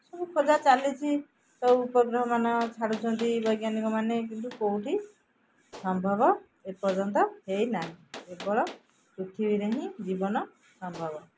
ଏସବୁ ଖୋଜା ଚାଲିଛି ସବୁ ଉପଗ୍ରହମାନ ଛାଡ଼ୁଛନ୍ତି ବୈଜ୍ଞାନିକମାନେ କିନ୍ତୁ କେଉଁଠି ସମ୍ଭବ ଏପର୍ଯ୍ୟନ୍ତ ହୋଇନାହିଁ କେବଳ ପୃଥିବୀରେ ହିଁ ଜୀବନ ସମ୍ଭବ